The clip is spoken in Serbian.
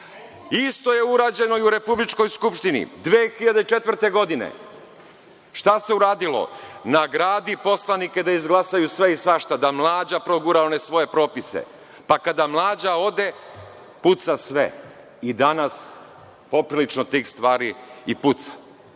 Isto je urađeno i u republičkoj Skupštini 2004. godine. Šta se uradilo? Nagradi poslanike da izglasaju sve i svašta, da Mlađa progura one svoje propise. Pa kada Mlađa ode, puca sve. I danas poprilično te stvari i pucaju.